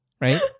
right